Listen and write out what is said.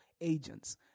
agents